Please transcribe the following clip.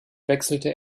wechselte